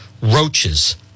roaches